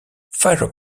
fires